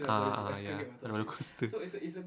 ah ah ya roller coaster